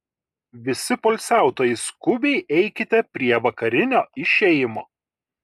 visi poilsiautojai skubiai eikite prie vakarinio išėjimo